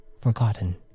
forgotten